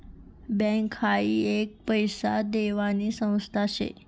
bank हाई एक पैसा देवानी संस्था शे